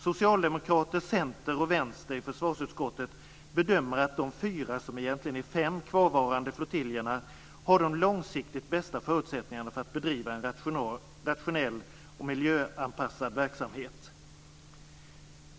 Socialdemokraterna, Centern och Vänstern i försvarsutskottet bedömer att de fyra, som egentligen är fem, kvarvarande flottiljerna har de långsiktigt bästa förutsättningarna för att bedriva en rationell och miljöanpassad verksamhet.